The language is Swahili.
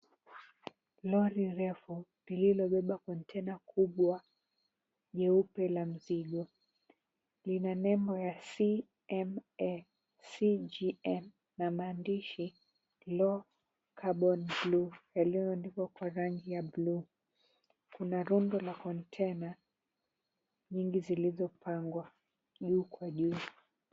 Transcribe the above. Lori refu, lililobeba kontena kubwa, nyeupe la mzigo lina nembo ya CMA CGM na mandishi Low Carbon Blue , yaliyoandikwa kwa rangi ya buluu. Kuna rondo la konteina nyingi zilizopangwa juu kwa juu .